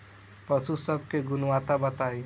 पशु सब के गुणवत्ता बताई?